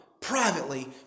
privately